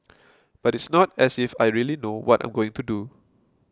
but it's not as if I really know what I'm going to do